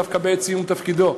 דווקא בעת סיום תפקידו,